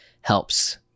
helps